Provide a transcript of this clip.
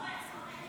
אושרה בקריאה